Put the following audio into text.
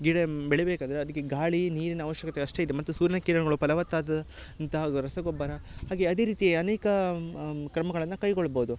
ಗಿಡ ಬೆಳಿಬೇಕು ಅಂದರೆ ಅದ್ಕೆ ಗಾಳಿ ನೀರಿನ ಆವಶ್ಯಕತೆ ಅಷ್ಟೇ ಇರ್ತ ಮತ್ತು ಸೂರ್ಯನ ಕಿರಣಗಳು ಫಲವತ್ತಾದ ಅಂತ ರಸಗೊಬ್ಬರ ಹಾಗೆ ಅದೆ ರೀತಿ ಅನೇಕ ಕ್ರಮಗಳನ್ನ ಕೈಗೊಳ್ಬೋದು